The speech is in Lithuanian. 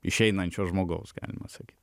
išeinančio žmogaus galima sakyt